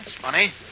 funny